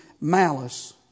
malice